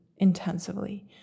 intensively